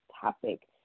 topic